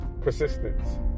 Persistence